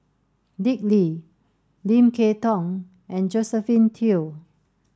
Dick Lee Lim Kay Tong and Josephine Teo